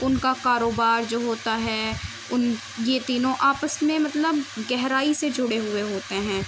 ان کا کاروبار جو ہوتا ہے ان یہ تینوں آپس میں مطلب گہرائی سے جڑے ہوئے ہوتے ہیں